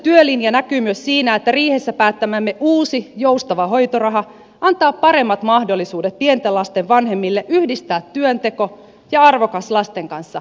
hallituksen työlinja näkyy myös siinä että riihessä päättämämme uusi joustava hoitoraha antaa paremmat mahdollisuudet pienten lasten vanhemmille yhdistää työnteko ja arvokas lasten kanssa vietetty aika